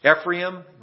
Ephraim